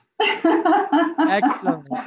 Excellent